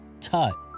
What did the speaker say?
Tut